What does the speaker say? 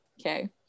okay